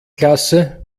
klasse